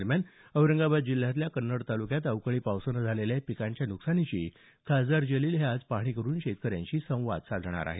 दरम्यान औरंगाबाद जिल्ह्यातल्या कन्नड तालुक्यात अवकाळी पावसानं झालेल्या पिकांच्या नुकसानीची खासदार जलील हे आज पाहणी करून शेतकऱ्यांशी संवाद साधणार आहेत